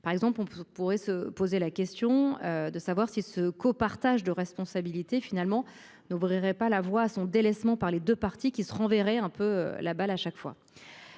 Par exemple, on pourrait se poser la question de savoir si ce qu'au partage de responsabilités finalement n'ouvrirait pas la voie son délaissement par les 2 parties qui seront verrez un peu la balle à chaque fois.